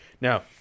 Now